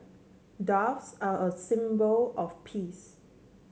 doves are a symbol of peace